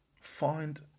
find